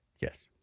Yes